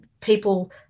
people